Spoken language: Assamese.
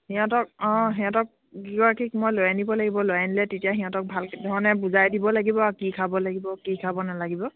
সিহঁতক অঁ সিহঁতক কেইগৰাকী মই লৈ আনিব লাগিব লৈ আনিলে তেতিয়া সিহঁতক ভালকৈ ধৰণে বুজাই দিব লাগিব আৰু কি খাব লাগিব কি খাব নালাগিব